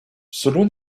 selon